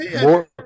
more